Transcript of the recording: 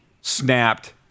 snapped